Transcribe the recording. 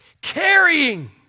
Carrying